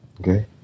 Okay